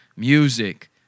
music